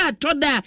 toda